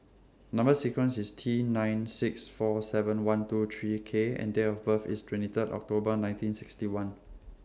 Number sequence IS T nine six four seven one two three K and Date of birth IS twenty Third October nineteen sixty one